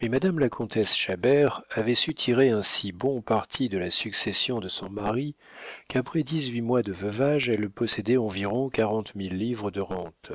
mais madame la comtesse chabert avait su tirer un si bon parti de la succession de son mari qu'après dix-huit mois de veuvage elle possédait environ quarante mille livres de rente